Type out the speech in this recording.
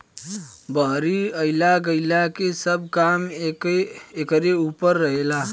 बहरी अइला गईला के सब काम एकरे ऊपर रहेला